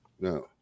no